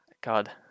God